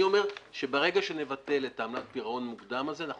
אני אומר שברגע שנבטל את עמלת הפירעון המוקדם הזה אנחנו